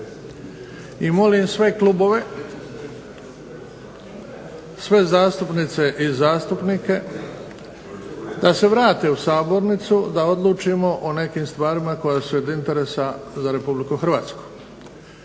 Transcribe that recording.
i molim sve klubove, sve zastupnice i zastupnike da se vrate u sabornicu da odlučimo o nekim stvarima koje su od interesa za Republiku Hrvatsku.